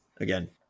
Again